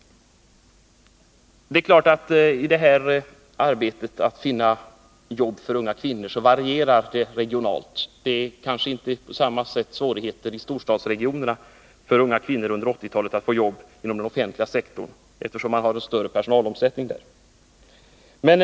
Självfallet finns det regionala variationer i de förutsättningar som gäller för unga kvinnor som söker arbete. Det är kanske inte lika stora svårigheter för unga kvinnor att under 1980-talet få jobb i storstadsregionerna inom den offentliga sektorn, eftersom dessa har större personalomsättning än andra regioner.